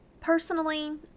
Personally